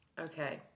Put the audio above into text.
Okay